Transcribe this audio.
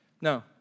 No